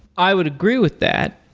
i would agree with that.